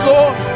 Lord